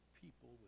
people